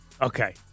Okay